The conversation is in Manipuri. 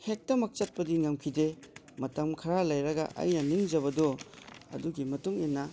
ꯍꯦꯛꯇꯃꯛ ꯆꯠꯄꯗꯤ ꯉꯝꯈꯤꯗꯦ ꯃꯇꯝ ꯈꯔ ꯂꯩꯔꯒ ꯑꯩꯅ ꯅꯤꯡꯖꯕꯗꯣ ꯑꯗꯨꯒꯤ ꯃꯇꯨꯡ ꯏꯟꯅ